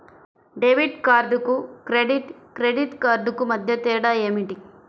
Debit కార్డుకు credit credit కార్డుకు మధ్య తేడా ఏమిటీ?